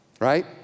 right